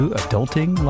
adulting